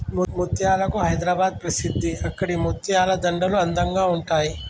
ముత్యాలకు హైదరాబాద్ ప్రసిద్ధి అక్కడి ముత్యాల దండలు అందంగా ఉంటాయి